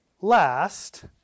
last